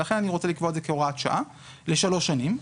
ולכן אני רוצה לקבוע את זה כהוראת שעה לשלוש שנים.